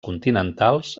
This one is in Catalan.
continentals